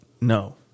No